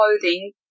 clothing